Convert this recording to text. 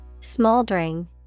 smoldering